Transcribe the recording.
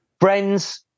Friends